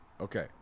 Okay